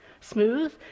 smooth